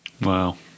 Wow